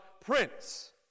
prince